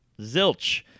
Zilch